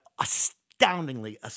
astoundingly